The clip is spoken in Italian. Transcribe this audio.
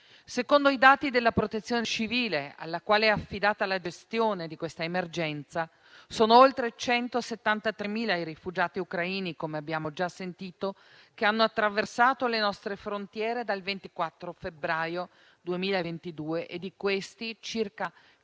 Secondo i dati della Protezione civile, alla quale è affidata la gestione di questa emergenza, sono oltre 173.000 i rifugiati ucraini, come abbiamo già sentito, che hanno attraversato le nostre frontiere dal 24 febbraio 2022. Di questi, circa 169.000,